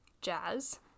jazz